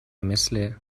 مثل